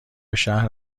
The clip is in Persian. شهر